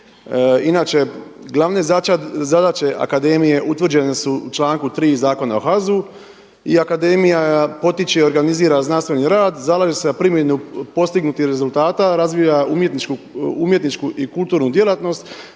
Inače glavne zadaće akademije utvrđene su u članku 3. Zakona o HZZU i akademija potiče i organizira znanstveni rad, zalaže se za primjenu postignutih rezultata, razvija umjetničku i kulturnu djelatnost,